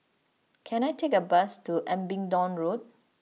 can I take a bus to Abingdon Road